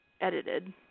edited